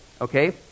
okay